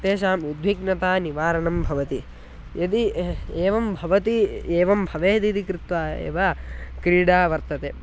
तेषाम् उद्विग्नतानिवारणं भवति यदि एवं भवति एवं भवेदिति कृत्वा एव क्रीडा वर्तते